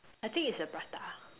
I think it's the prata